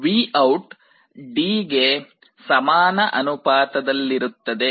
VOUT D ಗೆ ಸಮಾನ ಅನುಪಾತದಲ್ಲಿರುತ್ತದೆ